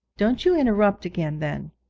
don't you interrupt again, then.